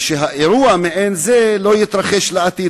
ואירוע מעין זה לא יתרחש בעתיד.